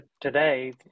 today